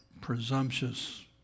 presumptuous